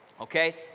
Okay